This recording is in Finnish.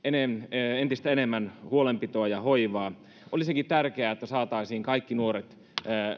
entistä enemmän huolenpitoa ja hoivaa olisikin tärkeää että saataisiin kaikki nuoret